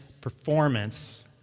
performance